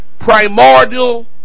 primordial